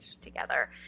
together